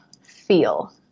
feel